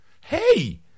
Hey